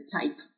type